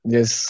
Yes